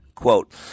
Quote